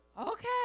Okay